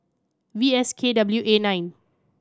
V S K W A nine